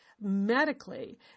medically